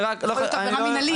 אני רק --- זאת עבירה מנהלית,